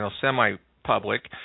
semi-public